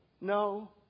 no